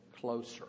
closer